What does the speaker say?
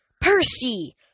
Percy